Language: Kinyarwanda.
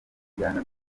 njyana